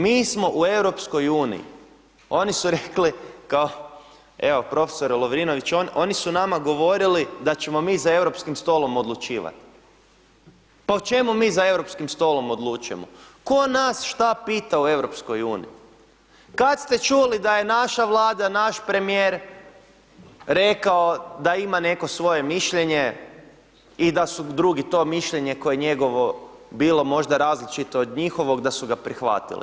Mi smo u EU, oni su rekli, kao evo profesore Lovrinović, oni su nama govorili da ćemo mi za europskim stolom odlučivat, pa o čemu mi za europskim stolom odlučujemo, tko nas šta pita od EU, kad ste čuli da je naša Vlada, naš premijer rekao da ima neko svoje mišljenje i da su drugi to mišljenje koje je njegovo bilo možda različito od njihovog da su ga prihvatili.